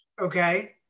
okay